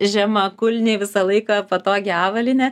žemakulniai visą laiką patogi avalynė